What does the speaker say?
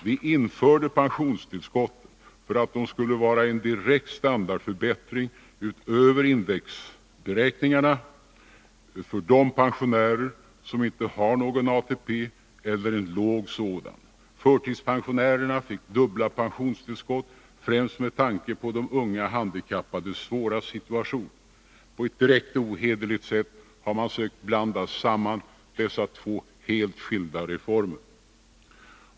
Vi införde pensionstillskotten för att de skulle vara en direkt standardförbättring utöver indexberäkningarna för de pensionärer som inte har någon ATP eller har en låg sådan. Förtidspensionärerna fick dubbla pensionstillskott, främst med tanke på de unga handikappades svåra situation. På ett direkt ohederligt sätt har man sökt blanda samman dessa två helt skilda reformer.